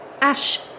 Ash